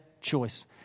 choice